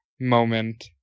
moment